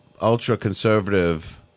ultra-conservative